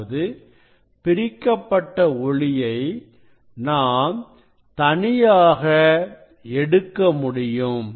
அதாவது பிரிக்கப்பட்ட ஒளியை நாம் தனியாக எடுக்க முடியும்